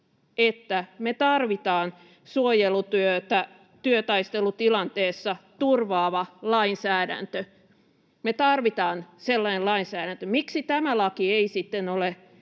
että tarvitaan suojelutyötä työtaistelutilanteessa turvaava lainsäädäntö. Me tarvitsemme sellaisen lainsäädännön. Miksi tämä laki ei sitten ole